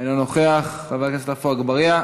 אינו נוכח, חבר הכנסת עפו אגבאריה,